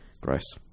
gross